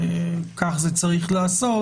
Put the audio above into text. כך צריך לעשות.